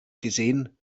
gesehen